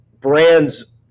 brands